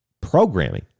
programming